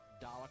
Dollar